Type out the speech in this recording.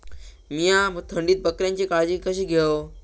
मीया थंडीत बकऱ्यांची काळजी कशी घेव?